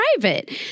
private